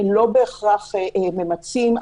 לא בהכרח ממצים.